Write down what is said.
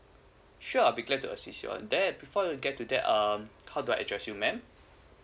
sure I'll be glad to assist you on that before you get to there um how do I address you ma'am